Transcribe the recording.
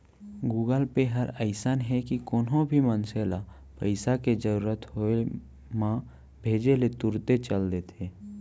Google Pay हर अइसन हे कि कोनो भी मनसे ल पइसा के जरूरत होय म भेजे ले तुरते चल देथे